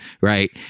right